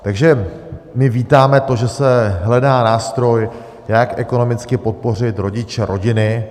Takže my vítáme to, že se hledá nástroj, jak ekonomicky podpořit rodiče, rodiny.